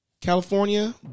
California